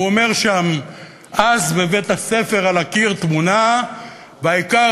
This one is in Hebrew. והוא אומר שם: "אז בבית-הספר / על הקיר תמונה / והאיכר